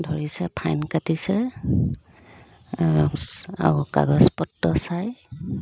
ধৰিছে ফাইন কাটিছে আৰু কাগজপত্ৰ চাই